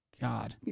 God